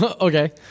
Okay